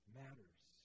matters